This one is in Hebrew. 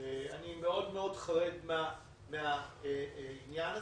אני מאוד-מאוד חרד מהעניין הזה.